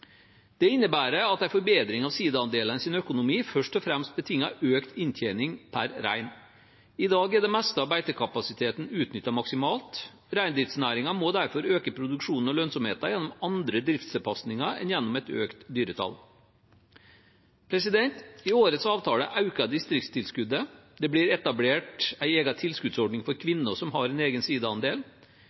Det innebærer at en forbedring av sidaandelenes økonomi først og fremst betinger økt inntjening per rein. I dag er det meste av beitekapasiteten utnyttet maksimalt. Reindriftsnæringen må derfor øke produksjonen og lønnsomheten gjennom andre driftstilpasninger enn gjennom økt dyretall. I årets avtale øker distriktstilskuddet. Det blir etablert en egen tilskuddsordning for kvinner som har sin egen